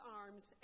arms